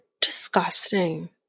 disgusting